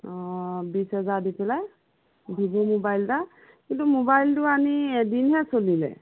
অঁ বিছ হেজাৰ দি পেলাই ভিভ' মোবাইল এটা কিন্তু মোবাইলটো আনি এদিনহে চলিলে